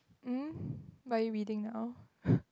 um what are you reading now